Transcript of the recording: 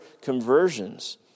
conversions